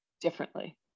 differently